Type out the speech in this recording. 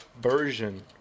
version